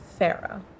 Farah